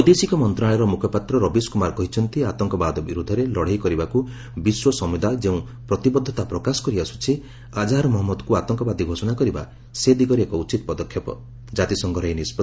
ବୈଦେଶିକ ମନ୍ତ୍ରଣାଳୟର ମୁଖପାତ୍ର ରବିଶ କୁମାର କହିଛନ୍ତି ଆତଙ୍କବାଦ ବିରୁଦ୍ଧରେ ଲଢ଼େଇ କରିବାକୁ ବିଶ୍ୱ ସମୁଦାୟ ଯେଉଁ ପ୍ରତିବଦ୍ଧତା ପ୍ରକାଶ କରିଆସୁଛି ଆଜାହର ମହମ୍ମଦକୁ ଆତଙ୍କବାଦୀ ଘୋଷଣା କରିବା ସେ ଦିଗରେ ଏକ ଉଚିତ ପଦକ୍ଷେପ